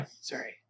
sorry